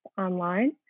online